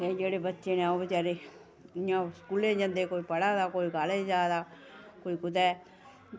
ओह् जेह्ड़े बच्चे न ओह् बेचारे इ'यां स्कुलै गी जंदे कोई पढ़ा दा कोई कॉलेज़ जंदा कोई कुतै